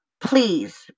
please